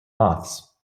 moths